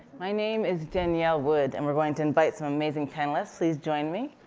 my name is danielle wood, and we're going to invite some amazing panelists. please join me.